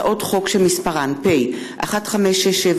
הצעות חוק שמספרן פ/1567/20,